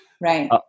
Right